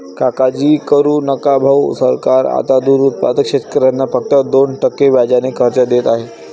काळजी करू नका भाऊ, सरकार आता दूध उत्पादक शेतकऱ्यांना फक्त दोन टक्के व्याजाने कर्ज देत आहे